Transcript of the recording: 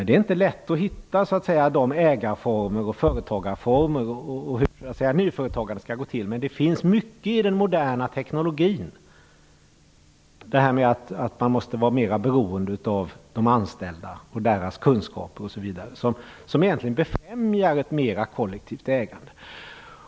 Det är inte lätt att hitta dessa ägarformer, företagarformer och hur nyföretagandet skall gå till, men det finns mycket i den moderna teknologin, t.ex. att man måste vara mer beroende av de anställda och deras kunskaper osv., som egentligen befrämjar ett mer kollektivt ägande.